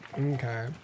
Okay